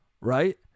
right